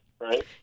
Right